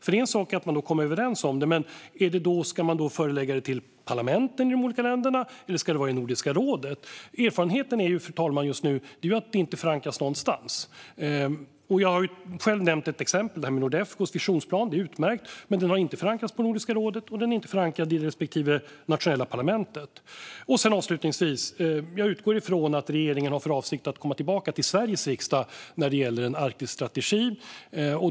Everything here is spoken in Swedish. Det är en sak att komma överens om det, men ska man sedan förelägga det för parlamenten i de olika länderna eller ska det vara i Nordiska rådet? Erfarenheten är ju just nu, fru talman, att det inte förankras någonstans. Jag har själv nämnt exemplet med Nordefcos visionsplan. Den är utmärkt, men den har inte förankrats i Nordiska rådet och är inte förankrad i respektive nations parlament. Avslutningsvis utgår jag från att regeringen har för avsikt att komma tillbaka till Sveriges riksdag när det gäller en arktisk strategi.